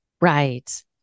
Right